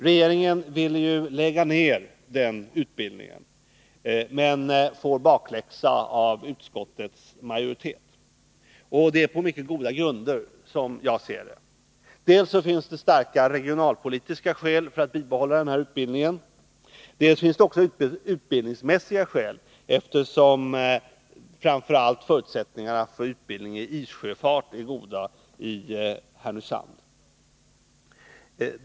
Regeringen vill lägga ned den utbildningen, men får bakläxa av utskottets majoritet på — som jag ser det — mycket goda grunder. Dels finns det starka regionalpolitiska skäl för att behålla utbildningen, dels finns det utbildningsmässiga skäl, eftersom framför allt förutsättningarna för utbildning i issjöfart är goda i Härnösand.